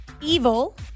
evil